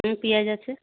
হ্যাঁ পেঁয়াজ আছে